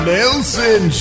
Nelson